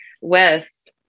west